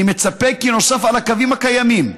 אני מצפה כי נוסף על הקווים הקיימים,